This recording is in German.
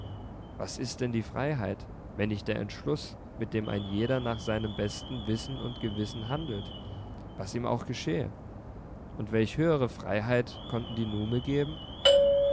was ist denn die freiheit wenn nicht der entschluß mit dem ein jeder nach seinem besten wissen und gewissen handelt was ihm auch geschehe und welch höhere freiheit konnten die nume geben